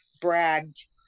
bragged